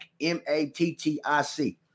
M-A-T-T-I-C